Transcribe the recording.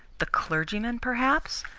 the clergyman, perhaps?